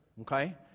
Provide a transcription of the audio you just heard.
okay